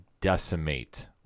decimate